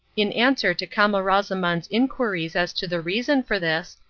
in answer to camaralzaman's inquiries as to the reason for this,